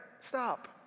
Stop